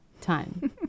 time